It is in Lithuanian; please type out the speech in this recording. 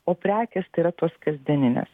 o prekės tai yra tos kasdieninės